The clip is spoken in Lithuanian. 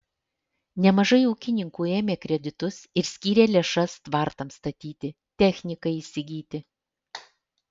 nemažai ūkininkų ėmė kreditus ir skyrė lėšas tvartams statyti technikai įsigyti